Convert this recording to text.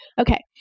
Okay